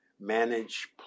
manage